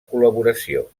col·laboració